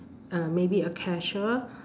uh maybe a cashier